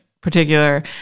particular